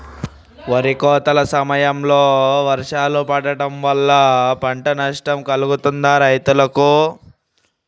వరి కోత సమయంలో వర్షాలు పడటం వల్ల పంట నష్టం కలుగుతదా రైతులకు?